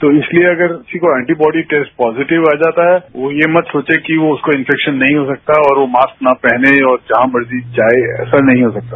तो इसलिये अगरकिसी को एंटीबॉडी टैस्ट पॉजिटिव आ जाता है वो ये मत सोचे कि उसको इन्फैक्शन नहीं हो सकता और वो मास्क ना पहने और जहां मर्जीजाये ऐसा नहीं हो सकता